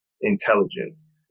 intelligence